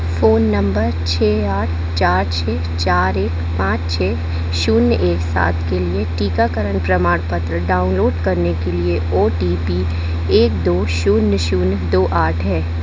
phone number छः आठ चार छः चार एक पाँच छः शून्य एक सात के लिए टीकाकरण प्रमाणपत्र डाउनलोड करने के लिए ओ टी पी एक दो शून्य शून्य दो आठ है